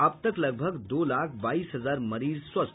अब तक लगभग दो लाख बाईस हजार मरीज हुए स्वस्थ